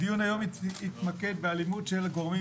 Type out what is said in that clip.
הדיון היום יתמקד באלימות של גורמים